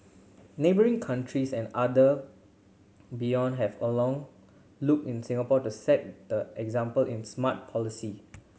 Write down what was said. neighbouring countries and other beyond have along looked in Singapore to set the example in smart policy